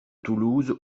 toulouse